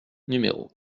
numéro